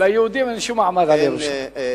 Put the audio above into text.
ליהודים אין שום מעמד על ירושלים.